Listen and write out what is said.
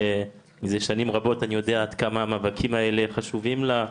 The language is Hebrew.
שזה שנים רבות אני יודע עד כמה המאבקים האלה חשובים לה,